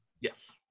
Yes